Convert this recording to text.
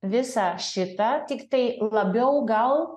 visą šitą tiktai labiau gal